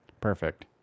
Perfect